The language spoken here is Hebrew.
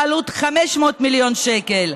בעלות של 500 מיליון שקל,